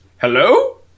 Hello